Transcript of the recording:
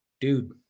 Dude